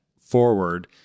forward